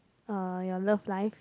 uh your love life